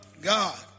God